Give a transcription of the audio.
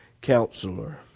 counselor